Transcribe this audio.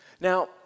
now